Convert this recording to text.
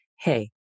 hey